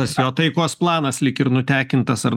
tas jo taikos planas lyg ir nutekintas ar